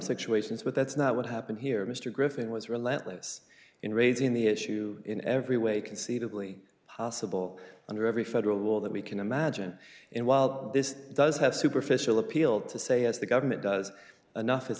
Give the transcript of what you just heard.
situations but that's not what happened here mr griffin was relentless in raising the issue in every way conceivably possible under every federal rule that we can imagine and while this does have superficial appeal to say as the government does enough is